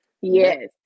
Yes